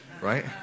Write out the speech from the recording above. right